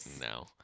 No